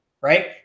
right